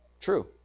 True